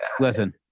Listen